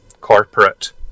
corporate